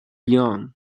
young